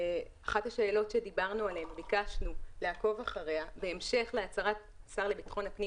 אחת השאלות שביקשנו לעקוב אחריה בהמשך להצהרת השר לביטחון הפנים